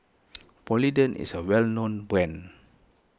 Polident is a well known brand